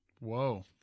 Whoa